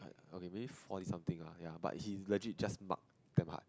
okay maybe forty something lah ya but he legit just mug damn hard